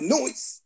Noise